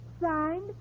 Signed